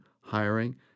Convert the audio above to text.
hiring